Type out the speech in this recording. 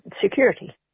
security